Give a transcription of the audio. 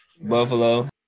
Buffalo